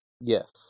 Yes